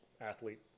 athlete